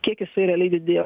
kiek jisai realiai didėjo